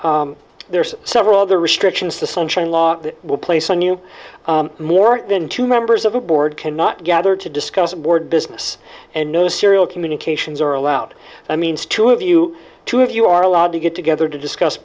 there's several other restrictions the sunshine laws will place on you more than two members of the board cannot gather to discuss board business and no serial communications are allowed by means two of you two of you are allowed to get together to discuss